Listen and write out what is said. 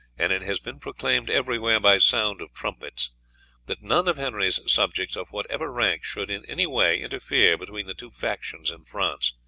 and it has been proclaimed everywhere by sound of trumpets, that none of henry's subjects of whatever rank should in any way interfere between the two factions in france,